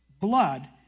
blood